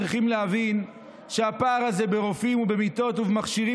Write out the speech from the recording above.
צריכים להבין שהפער הזה ברופאים ובמיטות ובמכשירים